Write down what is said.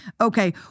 okay